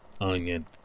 onion